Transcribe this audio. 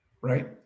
right